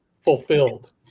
fulfilled